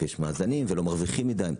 יש מאזנים והם לא מרוויחים מידי.